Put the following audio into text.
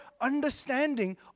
understanding